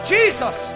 Jesus